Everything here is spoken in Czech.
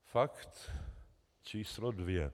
Fakt číslo dvě.